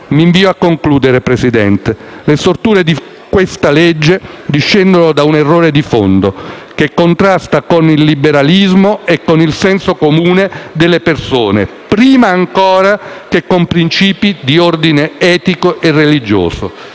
Mi avvio a concludere, signor Presidente. Le storture di questa legge discendono da un errore di fondo, che contrasta con il liberalismo e con il senso comune delle persone prima ancora che con princìpi di ordine etico e religioso.